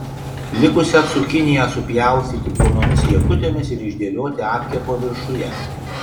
likusią cukiniją supjaustyti plonomis riekutėmis ir išdėlioti apkepo viršuje